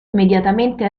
immediatamente